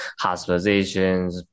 hospitalizations